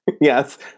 Yes